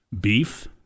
beef